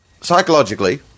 psychologically